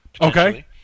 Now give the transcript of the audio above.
Okay